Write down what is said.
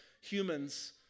humans